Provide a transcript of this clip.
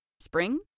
Spring